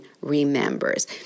remembers